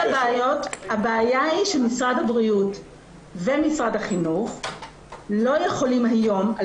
הבעיה היא שמשרד הבריאות ומשרד החינוך לא יכולים היום,